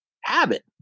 habit